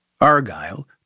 Argyle